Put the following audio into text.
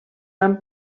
van